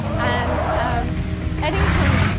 and um eddington